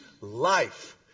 life